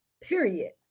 period